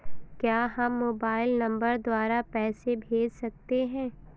क्या हम mobile number द्वारा पैसे भेज सकते हैं?